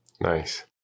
Nice